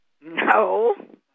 No